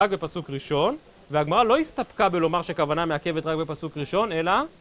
רק בפסוק ראשון, והגמרא לא הסתפקה בלומר שכוונה מעכבת רק בפסוק ראשון, אלא